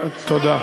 על בית-המשפט.